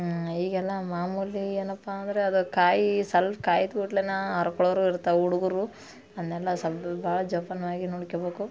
ಈಗೆಲ್ಲ ಮಾಮೂಲಿ ಏನಪ್ಪ ಅಂದರೆ ಅದು ಕಾಯಿ ಸಲ್ಪ ಕಾಯಿ ಕೂಡಲೇ ನಾ ಹರ್ಕೊಳೋರು ಇರ್ತವೆ ಹುಡುಗ್ರು ಅದನ್ನೆಲ್ಲ ಸ್ವಲ್ಪ ಭಾಳ ಜೋಪಾನವಾಗಿ ನೋಡ್ಕ್ಯಬೇಕು